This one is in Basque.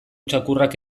txakurrak